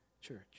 church